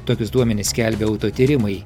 tokius duomenis skelbia auto tyrimai